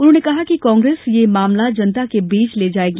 उन्होंने कहा कि कांग्रेस यह मामला जनता के बीच ले जाएगी